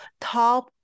top